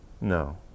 No